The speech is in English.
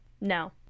no